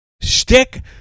Stick